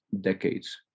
decades